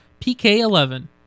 pk11